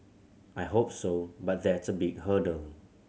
I hope so but that's a big hurdle